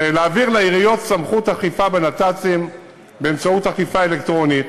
להעביר לעיריות סמכות אכיפה בנת"צים באמצעות אכיפה אלקטרונית.